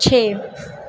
ਛੇ